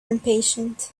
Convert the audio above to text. impatient